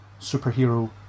superhero